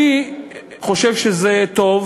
אני חושב שזה טוב,